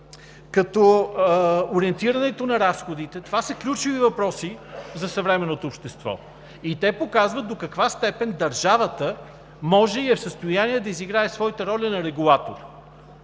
като ориентирането на разходите – това са ключови въпроси за съвременното общество. Те показват до каква степен държавата може и е в състояние да изиграе своята роля на регулатор.